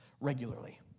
regularly